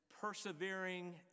persevering